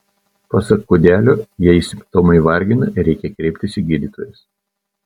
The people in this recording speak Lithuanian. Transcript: pasak kiudelio jei simptomai vargina reikia kreiptis į gydytojus